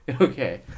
Okay